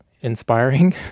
inspiring